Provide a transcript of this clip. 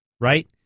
right